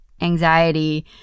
anxiety